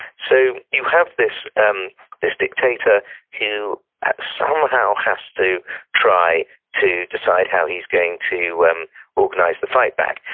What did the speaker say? so, you have this um this dictator who somehow has to try to decide how he's going to and organize the fight back,